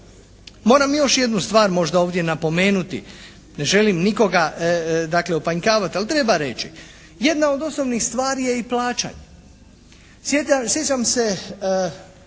Moram još jednu stvar možda ovdje napomenuti. Ne želim nikoga dakle opanjkavati. Ali treba reći. Jedna od osnovnih stvari je i plaćanje.